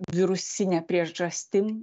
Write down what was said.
virusine priežastim